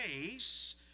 grace